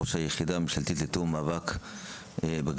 ראש היחידה הממשלתית לתיאום המאבק בגזענות.